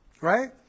Right